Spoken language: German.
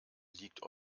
liegt